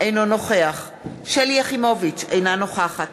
אינו נוכח שלי יחימוביץ, אינה נוכחת